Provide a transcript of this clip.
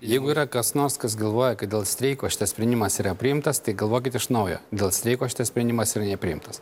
jeigu yra kas nors kas galvoja kad dėl streiko šitas sprendimas yra priimtas tai galvokit iš naujo dėl streiko šitas sprendimas yra nepriimtas